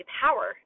power